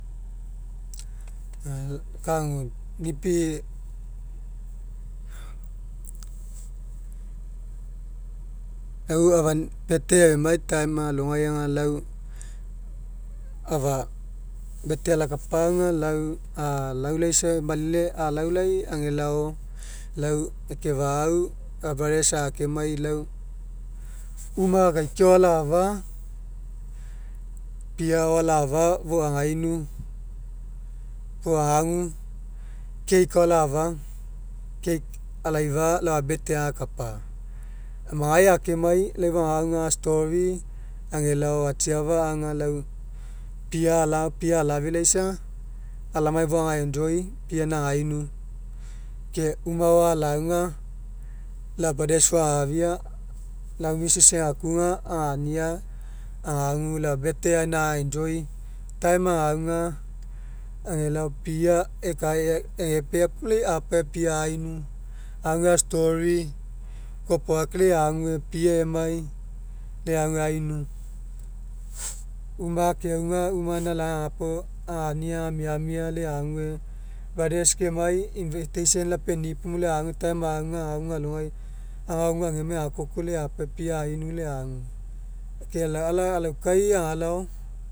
lagu nipi lau efau birthday agemai time alogai aga lau afa birthday alakapa aga lau alaulaisa, malele alaulaisa agelao lau ekefa'au lau brothers akemai lau uma akaikiai ao ala'afa pia ao ala'afa fou againu fou agagu keke ao ala'afa keke alaifai lau eu birthday alakapa. Amagai akemai lai fou agagu aga story agelao atsiafa aga lau ala alagau pia ala'afilaisa alamai fou aga enjoy pia gaina againu ke uma ao alauga lau brothers fou agafia lau mrs egakuga againa agagu elao birthday aga enjoy time agaifa agelao pia ekae epea puo lai apae pia ainu agu a'story kopoga kai lai ague pia emai lai ague ainu uma akeauga uma gaina lagai agapau agania aga miamia lai ague brothers kemai invitation lapeni puo lai ague time auga, auga alogai agao gua agemai agekoko lai apae pia ainu lai aguega ke ala alaukai agalao